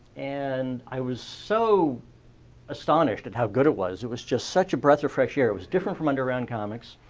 and i was so astonished at how good it was. it was just such a breath of fresh air. it was different from underground comix.